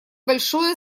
большое